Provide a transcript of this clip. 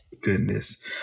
Goodness